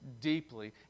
deeply